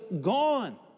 gone